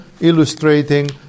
illustrating